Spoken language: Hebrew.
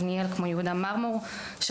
כמו יהודה מרמור מיבניאל,